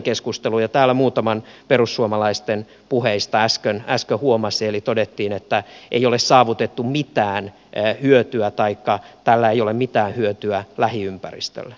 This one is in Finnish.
sellaistakin täällä muutaman perussuomalaisten puheista äsken huomasi eli todettiin että ei ole saavutettu mitään hyötyä taikka tällä ei ole mitään hyötyä lähiympäristölle